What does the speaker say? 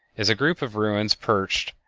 is a group of ruins perched,